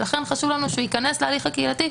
לכן חשוב לנו שהוא ייכנס להליך הקהילתי,